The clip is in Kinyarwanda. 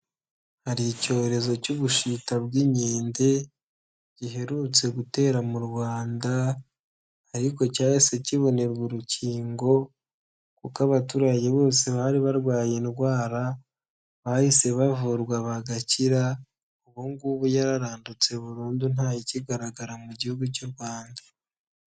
Hari icyorezo cy'ubushita bw'inkende giherutse gutera mu Rwanda ariko cyahise kibonerwa urukingo, kuko abaturage bose bari barwaye indwara bahise bavurwa bagakira, ubugubu yararandutse burundu ntayikigaragara mu gihugu cy'u Rwanda.